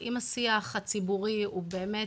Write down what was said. אם השיח הציבורי הוא באמת,